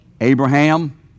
Abraham